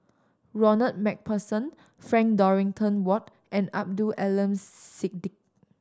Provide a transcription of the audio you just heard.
Ronald Macpherson Frank Dorrington Ward and Abdul Aleem